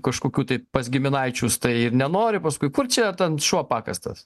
kažkokių tai pas giminaičius tai ir nenori paskui kur čia ten šuo pakastas